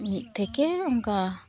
ᱢᱤᱫ ᱛᱷᱮᱠᱮ ᱚᱱᱠᱟ